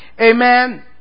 Amen